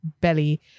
belly